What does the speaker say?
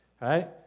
right